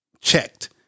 checked